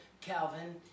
Calvin